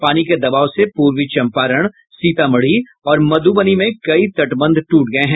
पानी के दबाव से पूर्वी चंपारण सीतामढ़ी और मधूबनी में कई तटबंध टूट गए हैं